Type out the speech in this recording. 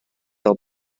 fel